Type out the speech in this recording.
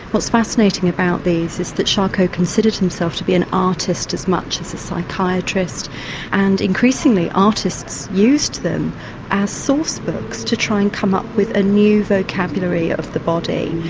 what's fascinating about these is that charcot considered himself to be an artist as much as a psychiatrist and increasingly artists used them as source books to try and come up with a new vocabulary of the body,